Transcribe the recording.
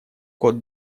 кот